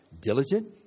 diligent